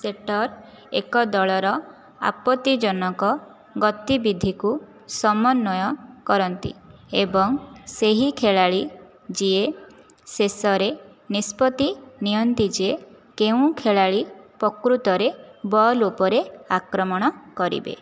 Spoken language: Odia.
ସେଟର୍ ଏକ ଦଳର ଆପତ୍ତିଜନକ ଗତିବିଧିକୁ ସମନ୍ୱୟ କରନ୍ତି ଏବଂ ସେହି ଖେଳାଳି ଯିଏ ଶେଷରେ ନିଷ୍ପତ୍ତି ନିଅନ୍ତି ଯେ କେଉଁ ଖେଳାଳି ପ୍ରକୃତରେ ବଲ୍ ଉପରେ ଆକ୍ରମଣ କରିବେ